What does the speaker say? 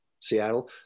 Seattle